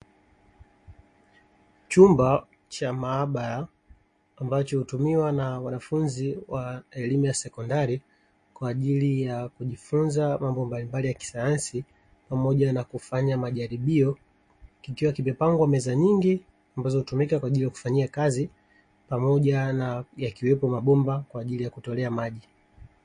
Chumba cha maabara ambacho hutumiwa na wanafunzi wa elimu ya sekondari, kwa ajili ya kujifunza mambo mbalimbali ya kisayansi pamoja na kufanya majaribio kikiwa kimepangwa meza nyingi, ambazo hutumika kwa ajili ya kufanyia kazi pamoja yakiwepo mabomba kwa ajili ya kutolea maji.